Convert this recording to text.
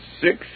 six